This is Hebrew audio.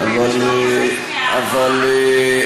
אבל אפילו לחוקים אתם לא שומעים.